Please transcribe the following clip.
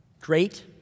great